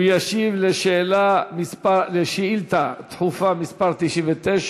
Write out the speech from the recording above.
הוא ישיב על שאילתה דחופה מס' 99: